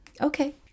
Okay